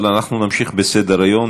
אבל אנחנו נמשיך בסדר-היום.